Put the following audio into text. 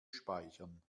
speichern